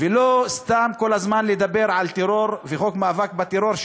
ולא סתם כל הזמן לדבר על טרור וחוק מאבק בטרור,